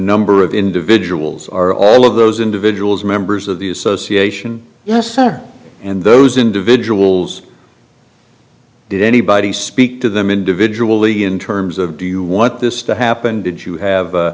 number of individuals are all of those individuals members of the association yes and those individuals did anybody speak to them individually in terms of do you want this to happen did you have